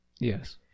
Yes